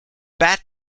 bat